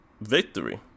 victory